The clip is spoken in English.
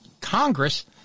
Congress